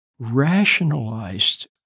rationalized